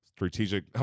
Strategic